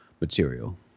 material